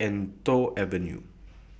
and Toh Avenue